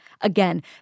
Again